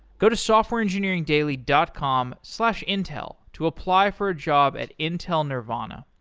go to softwareengineeringdaily dot com slash intel to apply for a job at intel nervana.